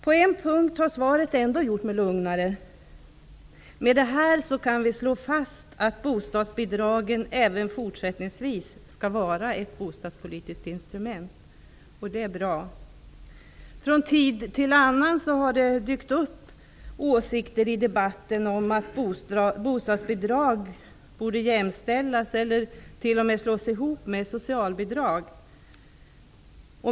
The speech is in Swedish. På en punkt har svaret ändå gjort mig lugnare. Med detta svar kan vi slå fast att bostadsbidragen även fortsättningsvis skall vara ett bostadspolitiskt instrument. Det är bra. Från tid till annan har det dykt upp åsikter i debatten om att bostadsbidrag borde jämställas eller t.o.m. slås ihop med socialbidrag.